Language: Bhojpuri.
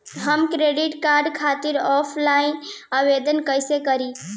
हम क्रेडिट कार्ड खातिर ऑफलाइन आवेदन कइसे करि?